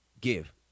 give